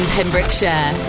Pembrokeshire